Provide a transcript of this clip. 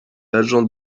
agent